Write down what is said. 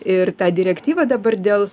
ir ta direktyva dabar dėl